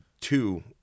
two